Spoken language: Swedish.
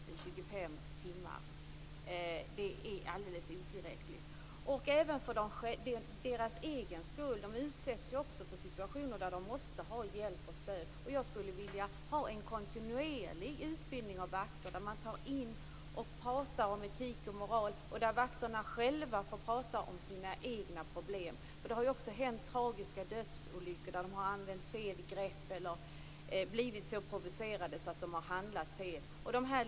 25 timmar är helt otillräckligt. De utsätts för situationer då de måste ha hjälp och stöd. Jag skulle vilja att det fanns en kontinuerlig utbildning av vakter, där man talar om etik och moral och där vakterna själva får tala om sina egna problem. Det har ju också inträffat tragiska dödsolyckor därför att vakter har använt fel grepp eller blivit provocerade och därför handlat på ett felaktigt sätt.